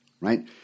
right